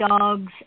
dogs